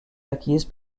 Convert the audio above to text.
acquise